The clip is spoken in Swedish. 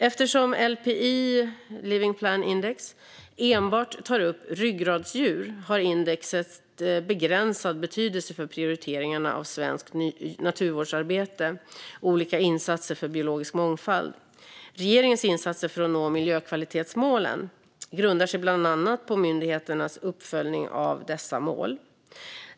Eftersom LPI enbart tar upp ryggradsdjur har indexet begränsad betydelse för prioriteringarna av svenskt naturvårdsarbete och olika insatser för biologisk mångfald. Regeringens insatser för att nå miljökvalitetsmålen grundar sig bland annat på myndigheternas uppföljning av dessa mål.